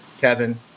Kevin